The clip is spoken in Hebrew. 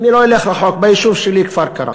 ואני לא אלך רחוק, ביישוב שלי, כפר-קרע,